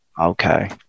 Okay